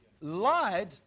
lied